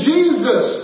Jesus